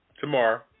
tomorrow